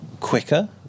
quicker